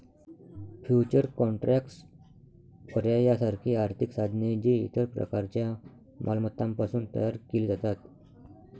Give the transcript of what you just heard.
futures contracts, पर्याय यासारखी आर्थिक साधने, जी इतर प्रकारच्या मालमत्तांपासून तयार केली जातात